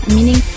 Meaning